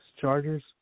Chargers